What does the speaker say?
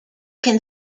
can